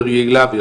יותר יעילה.